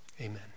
amen